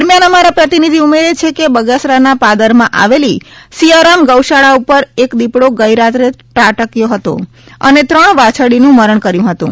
દરમ્યાન અમારા પ્રતિનિધિ ઉમેરે છે કે બગસરાના પાદરમાં આવેલી સિયારામ ગૌશાળા ઉપર એક દીપડો ગઈરાત્રે ત્રાટક્યો હતો અને ત્રણ વાછરડીનું મરણ કર્યું હતું